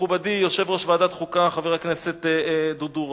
מכובדי יושב-ראש ועדת חוקה חבר הכנסת דודו רותם.